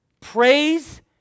Praise